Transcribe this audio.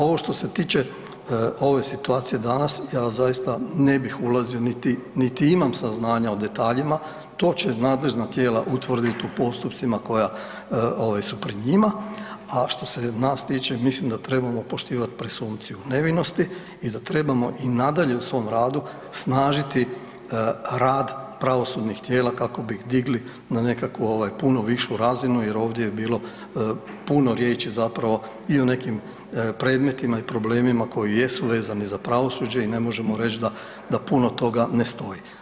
Ovo što se tiče ove situacije danas ja zaista ne bih ulazio niti imam saznanja o detaljima, to će nadležna tijela utvrditi u postupcima koja ovaj su pred njima, a što se nas tiče mislim da trebamo poštivati presumpciju nevinosti i da trebamo i nadalje u svom radu snažiti rad pravosudnih tijela kako bi ih digli na nekakvu ovaj puno višu razinu jer ovdje je bilo puno riječi zapravo i o nekim predmetima i problemima koji jesu vezani za pravosuđe i ne možemo reći da puno toga ne stoji.